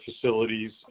facilities